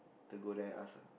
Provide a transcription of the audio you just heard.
later go there ask ah